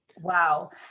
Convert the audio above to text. Wow